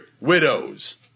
widows